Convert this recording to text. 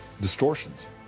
distortions